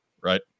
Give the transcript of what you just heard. Right